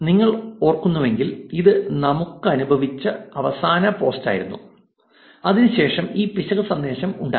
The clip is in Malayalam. നിങ്ങൾ ഓർക്കുന്നുവെങ്കിൽ ഇത് നമുക്ക്ലഭിച്ച അവസാന പോസ്റ്റായിരുന്നു അതിനുശേഷം ഒരു പിശക് സന്ദേശം ഉണ്ടായിരുന്നു